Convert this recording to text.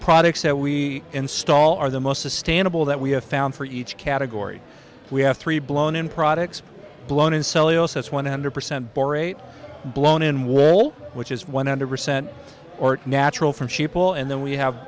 products that we install are the most sustainable that we have found for each category we have three blown in products blown in cellulose has one hundred percent borat blown in wool which is one hundred percent or natural from sheeple and then we have